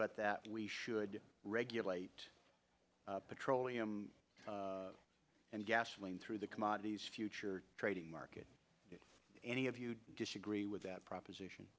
but that we should regulate petroleum and gasoline through the commodities futures trading market any of you disagree with that proposition